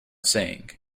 saying